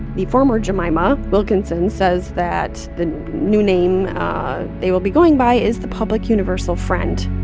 the former jemima wilkinson says that the new name they will be going by is the public universal friend.